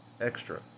Extra